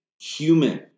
human